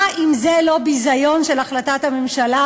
אם זה לא ביזיון של החלטת הממשלה,